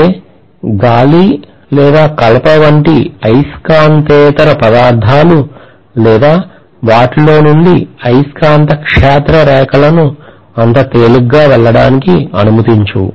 అయితే గాలి లేదా కలప వంటి అయస్కాంతేతర పదార్థాలు లేదా వాటిలో నుండి అయస్కాంత క్షేత్ర రేఖలను అంత తేలికగా వెళ్ళడానికి అనుమతించవు